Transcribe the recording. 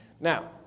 Now